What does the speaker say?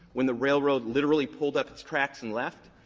when the railroad literally pulled up its tracks and left,